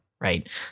right